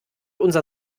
unser